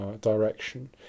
direction